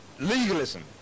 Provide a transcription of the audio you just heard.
legalism